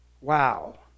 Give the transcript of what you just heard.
Wow